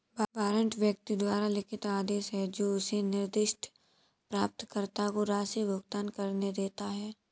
warrant व्यक्ति द्वारा लिखित आदेश है जो उसे निर्दिष्ट प्राप्तकर्ता को राशि भुगतान करने देता है